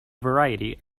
variety